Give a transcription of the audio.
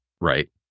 right